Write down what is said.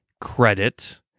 credit